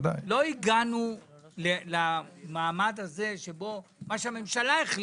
לא הגענו למעמד הזה שבו מה שהממשלה החליטה,